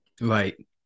Right